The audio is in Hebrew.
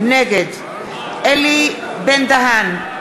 נגד אלי בן-דהן,